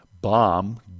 bomb